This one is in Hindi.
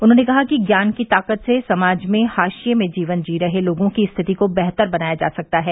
उन्होंने कहा कि ज्ञान की ताकत से समाज में हाशिये में जीवन जी रहे लोगों की स्थिति को बेहतर बनाया जा सकता है